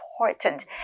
important